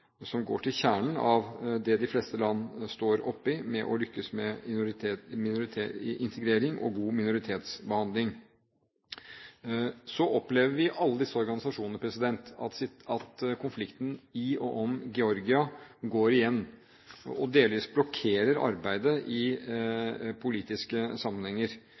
som går til kjernen av det de fleste land står oppe i med å lykkes med integrering og god minoritetsbehandling. Så opplever vi i alle disse organisasjonene at konflikten i og om Georgia går igjen og delvis blokkerer arbeidet i politiske sammenhenger.